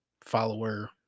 follower